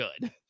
good